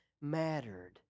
mattered